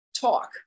talk